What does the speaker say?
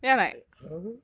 eh !huh!